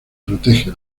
protege